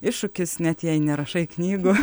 iššūkis net jei nerašai knygų